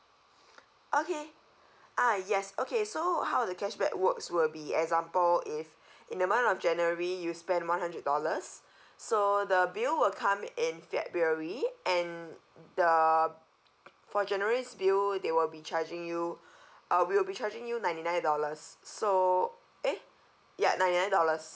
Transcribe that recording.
okay ah yes okay so how the cashback works will be example if in the month of january you spend one hundred dollars so the bill will come in february and the for january's bill they will be charging you uh we'll be charging you ninety nine dollars so eh ya ninety nine dollars